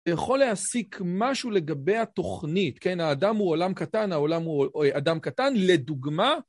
אתה יכול להסיק משהו לגבי התוכנית, כן, האדם הוא עולם קטן, העולם הוא אה.. אדם קטן, לדוגמה.